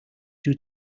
due